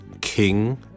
king